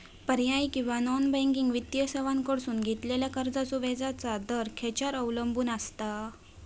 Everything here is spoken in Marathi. पर्यायी किंवा नॉन बँकिंग वित्तीय सेवांकडसून घेतलेल्या कर्जाचो व्याजाचा दर खेच्यार अवलंबून आसता?